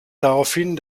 daraufhin